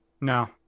No